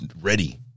ready